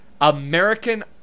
American